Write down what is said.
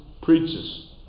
Preaches